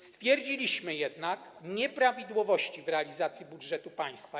Stwierdziliśmy jednak nieprawidłowości w realizacji budżetu państwa.